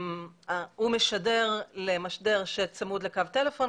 והוא משדר למשדר שצמוד לקו טלפון.